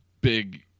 big